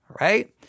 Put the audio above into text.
Right